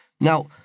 Now